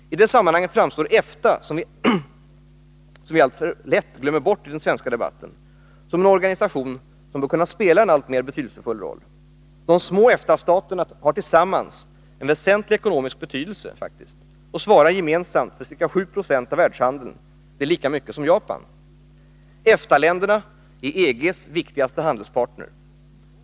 I detta sammanhang framstår EFTA — som vi alltför lätt glömmer bort i den svenska debatten — som en organisation som bör kunna spela en alltmer betydelsefull roll. De små EFTA-staterna har tillsammans en väsentlig ekonomisk betydelse och svarar gemensamt för ca 7 96 av världshandeln eller lika mycket som Japan. EFTA-länderna är EG:s viktigaste handelspartner.